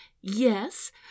yes